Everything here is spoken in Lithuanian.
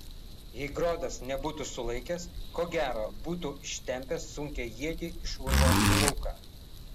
jei grodas nebūtų sulaikęs ko gero būtų ištempęs sunkią ietį iš urvo į lauką